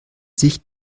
sich